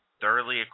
thoroughly